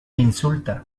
insulta